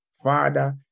Father